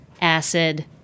acid